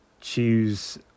choose